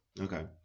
Okay